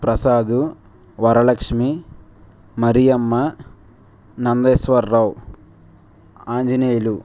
Prasad Varalakshmi Mariyamma Nandeshwar Rao Anjaneyulu